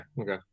Okay